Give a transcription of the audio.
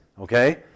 okay